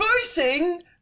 voicing